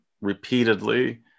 repeatedly